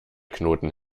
knoten